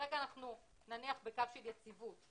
וכנראה אנחנו נניח בקו של יציבות.